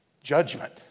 judgment